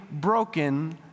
broken